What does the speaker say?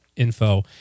info